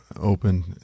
open